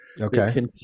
okay